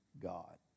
God